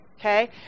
Okay